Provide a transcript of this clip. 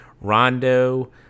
Rondo